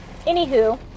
Anywho